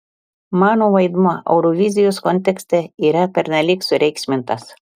mano vaidmuo eurovizijos kontekste yra pernelyg sureikšmintas